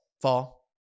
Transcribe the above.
Fall